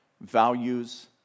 values